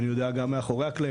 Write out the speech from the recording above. אני יודע גם מאחורי הקלעים,